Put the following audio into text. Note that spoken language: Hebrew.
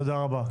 תודה רבה.